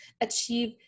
achieve